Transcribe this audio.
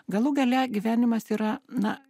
galų gale gyvenimas yra na